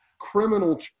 criminal